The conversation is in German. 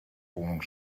wohnung